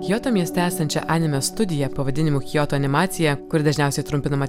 kioto mieste esančią anime studiją pavadinimu kioto animacija kuri dažniausiai trumpinama